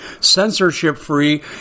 censorship-free